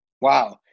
wow